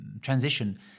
transition